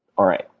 alright.